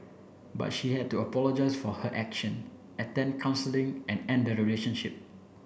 but she had to apologise for her action attend counselling and end the relationship